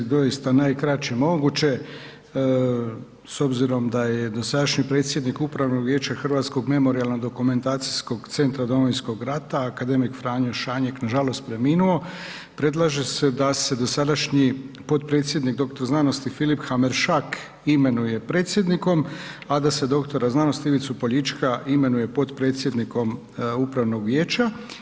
Doista najkraće moguće, s obzirom da je dosadašnji predsjednik Upravnog vijeća Hrvatskog memorijalno-dokumentacijskog centra Domovinskog rata, akademik Franjo Šanjek, nažalost preminuo, predlaže se da se dosadašnji potpredsjednik doktor znanosti Filip Hameršak imenuje predsjednikom, a da se doktora znanosti Ivicu Poljička imenuje potpredsjednikom upravnog vijeća.